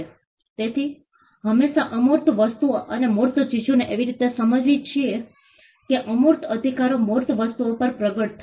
તેથી અમે હંમેશાં અમૂર્ત વસ્તુઓ અને મૂર્ત ચીજોને એવી રીતે સમજીએ છીએ કે અમૂર્ત અધિકારો મૂર્ત વસ્તુઓ પર પ્રગટ થાય